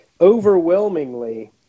Overwhelmingly